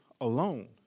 alone